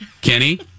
Kenny